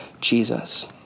Jesus